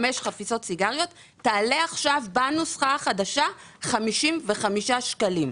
שחמש חפיסות סיגריות יעלו עכשיו בנוסחה החדשה 55 שקלים.